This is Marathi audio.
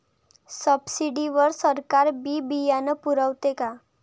सब्सिडी वर सरकार बी बियानं पुरवते का?